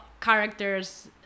characters